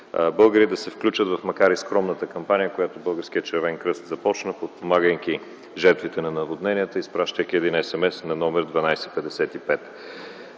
българи да се включат в макар и скромната кампания, която Българският червен кръст започна, подпомагайки жертвите на наводненията, да изпратят един SMS на № 1255.